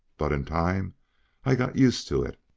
but in time i got used to it.